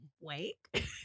wake